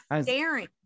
staring